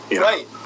Right